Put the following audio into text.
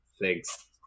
thanks